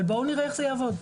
אבל בואו נראה איך זה יעבוד.